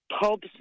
pubs